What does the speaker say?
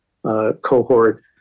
Cohort